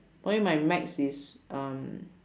why my max is um